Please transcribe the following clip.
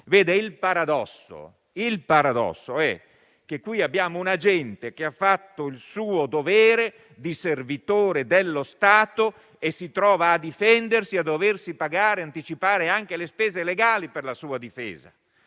del torto. Il paradosso è che in questo caso abbiamo un agente che ha fatto il suo dovere di servitore dello Stato e si trova a difendersi e a dover anticipare anche le spese legali per la sua difesa;